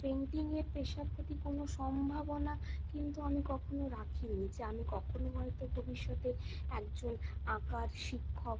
পেন্টিংয়ের পেশার প্রতি কোনও সম্ভাবনা কিন্তু আমি কখনও রাখিনি যে আমি কখনও হয়ত ভবিষ্যতে একজন আঁকার শিক্ষক